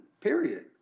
period